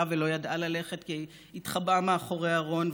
ולא ידעה ללכת כי התחבאה מאחורי ארון,